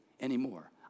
anymore